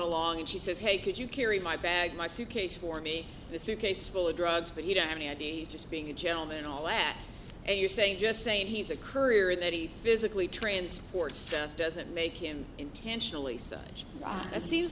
along and she says hey could you carry my bag my suitcase for me the suitcase full of rug's but you don't have any idea just being a gentleman all that and you're saying just saying he's a courier that he physically transports stuff doesn't make him intentionally such a seems